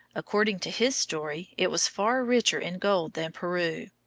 according to his story, it was far richer in gold than peru.